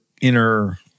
inner